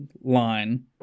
line